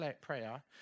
prayer